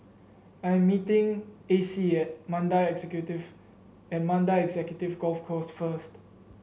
I am meeting Acey at Mandai Executive Golf Course first